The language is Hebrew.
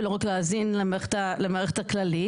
ולא רק להזין למערכת הכללית.